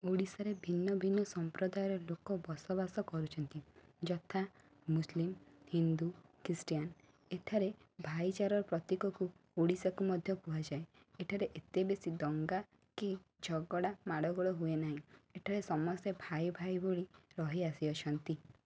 ଓଡ଼ିଶାରେ ଭିନ୍ନଭିନ୍ନ ସମ୍ପ୍ରଦାୟର ଲୋକ ବସବାସ କରୁଛନ୍ତି ଯଥା ମୁସଲିମ ହିନ୍ଦୁ ଖୀଷ୍ଟିୟାନ ଏଠାରେ ଭାଇଚାରା ପ୍ରତୀକକୁ ଓଡ଼ିଶାକୁ ମଧ୍ୟ କୁହାଯାଏ ଏଠାରେ ଏତେ ବେଶୀ ଦଙ୍ଗା କି ଝଗଡା ମାଡ଼ଗୋଳ ହୁଏ ନାହିଁ ଏଠାରେ ସମସ୍ତେ ଭାଇ ଭାଇ ଭଳି ରହି ଆସି ଅଛନ୍ତି